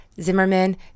Zimmerman